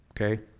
Okay